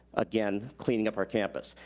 again, cleaning up our campus.